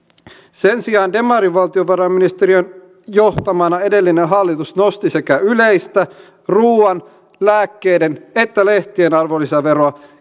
sen sijaan demarivaltiovarainministeriön johtamana edellinen hallitus nosti sekä yleistä ruuan lääkkeiden että lehtien arvonlisäveroa